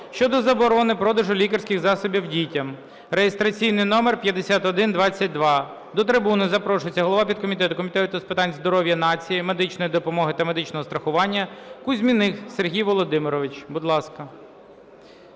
щодо заборони продажу лікарських засобів дітям (реєстраційний номер 5122). До трибуни запрошується голова підкомітету Комітету з питань здоров'я нації, медичної допомоги та медичного страхування Кузьміних Сергій Володимирович. Будь ласка.